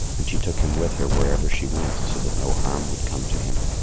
and she took him with her wherever she went so that no harm would come to him.